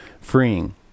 freeing